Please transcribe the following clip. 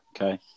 okay